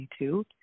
2022